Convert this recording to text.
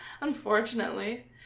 Unfortunately